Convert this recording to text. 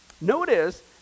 Notice